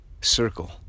circle